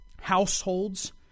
households